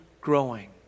growing